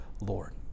Lord